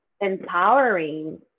empowering